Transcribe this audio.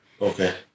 Okay